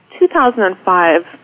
2005